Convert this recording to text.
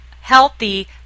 healthy